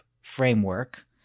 framework